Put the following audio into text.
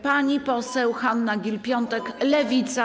Pani poseł Hanna Gill-Piątek, Lewica.